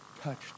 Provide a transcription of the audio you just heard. touched